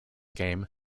game